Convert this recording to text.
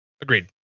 Agreed